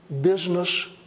business